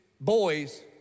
boys